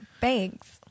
thanks